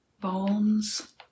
bones